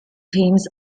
teams